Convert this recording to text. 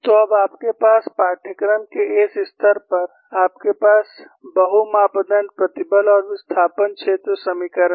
तो अब आपके पास पाठ्यक्रम के इस स्तर पर आपके पास बहु मापदण्ड प्रतिबल और विस्थापन क्षेत्र समीकरण हैं